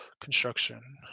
construction